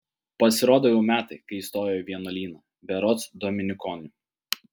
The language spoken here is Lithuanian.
pasirodo jau metai kai įstojo į vienuolyną berods dominikonių